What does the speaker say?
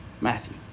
Matthew